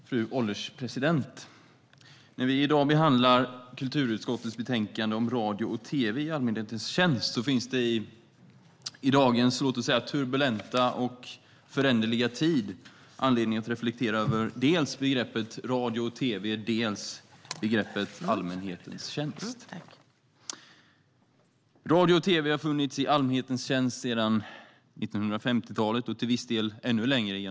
Fru ålderspresident! I dag behandlar vi kulturutskottets betänkande om radio och tv i allmänhetens tjänst. I dagens turbulenta och föränderliga tid finns det anledning att reflektera över dels begreppet "radio och tv", dels begreppet "allmänhetens tjänst". Tv har funnits i allmänhetens tjänst sedan 1950, och radio ännu längre.